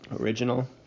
original